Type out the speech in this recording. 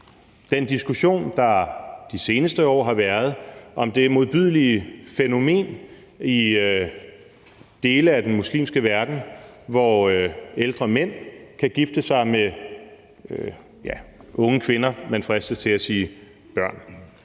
den diskussion, der de seneste år har været, om det modbydelige fænomen i dele af den muslimske verden, hvor ældre mænd kan gifte sig med unge kvinder – ja, man fristes til at sige børn.